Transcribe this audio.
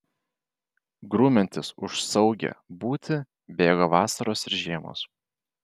grumiantis už saugią būtį bėgo vasaros ir žiemos